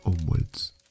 onwards